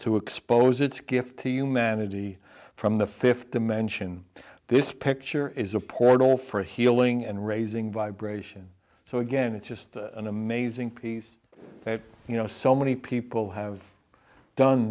to expose its gift to humanity from the fifth dimension this picture is a portal for healing and raising vibration so again it's just an amazing piece that you know so many people have done